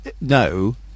No